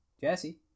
Jesse